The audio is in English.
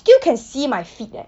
still can see my feet leh